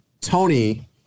Tony